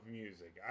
music